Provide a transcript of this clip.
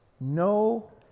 No